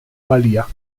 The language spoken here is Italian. balia